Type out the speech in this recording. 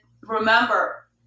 remember